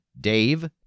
Dave